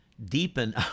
deepen